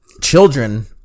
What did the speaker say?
children